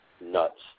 Nuts